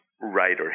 writer